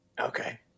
Okay